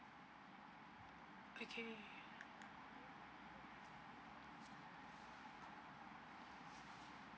okay